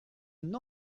une